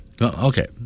Okay